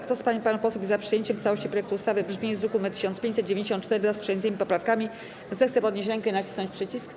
Kto z pań i panów posłów jest za przyjęciem w całości projektu ustawy w brzmieniu z druku nr 1594, wraz z przyjętymi poprawkami, zechce podnieść rękę i nacisnąć przycisk.